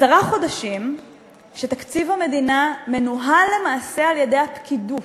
עשרה חודשים שתקציב המדינה מנוהל למעשה על-ידי הפקידות.